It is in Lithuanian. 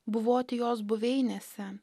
buvoti jos buveinėse